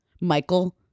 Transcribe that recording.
Michael